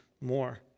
more